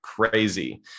crazy